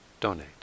donate